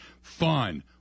fun